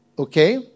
Okay